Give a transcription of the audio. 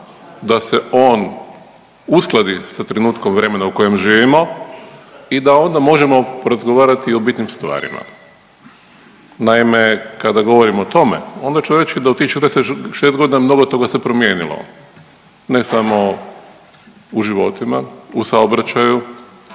da se on uskladi sa trenutnom vremena u kojem živimo i da onda možemo razgovarati o bitnim stvarima. Naime, kada govorim o tome, onda ću reći da u tih 46 godina mnogo toga se promijenilo, ne samo u životima, u saobraćaju,